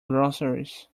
groceries